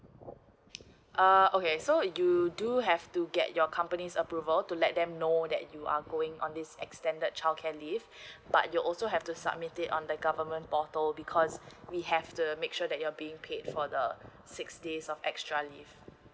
uh okay so you do have to get your company's approval to let them know that you are going on this extended childcare leave but you also have to submit it on the government portal because we have to make sure that you're being paid for the six days of extra leaves